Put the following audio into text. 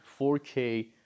4K